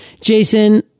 Jason